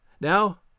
Now